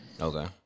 Okay